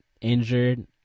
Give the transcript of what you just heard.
Injured